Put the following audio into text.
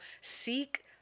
seek